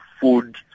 food